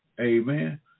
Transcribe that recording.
Amen